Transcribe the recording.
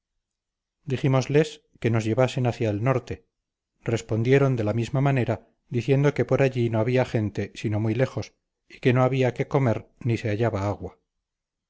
dijímosles que nos llevasen hacia el norte respondieron de la misma manera diciendo que por allí no había gente sino muy lejos y que no había qué comer ni se hallaba agua